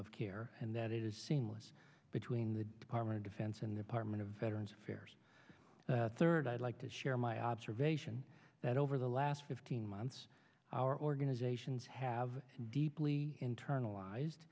of care and that it is seamless between the department of defense and department of veterans affairs third i'd like to share my observation that over the last fifteen months our organizations have deeply internalized